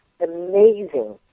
amazing